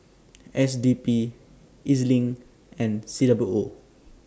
S D P E Z LINK and C W O